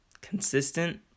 Consistent